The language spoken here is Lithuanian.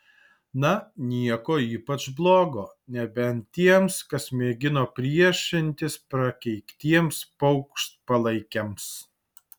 na nieko ypač blogo nebent tiems kas mėgino priešintis prakeiktiems paukštpalaikiams